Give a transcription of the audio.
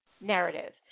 narrative